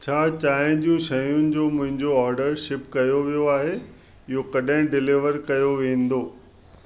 छा चांहि जूं शयुनि जो मुंहिंजो ऑर्डर शिप कयो वियो आहे इहो कॾहिं डिलीवर कयो वेंदो